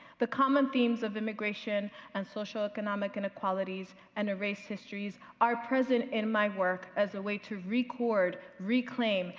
the common themes of immigration and social economic inequalities and a race histories are present in my work as a way to record, reclaim,